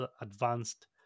advanced